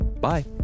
Bye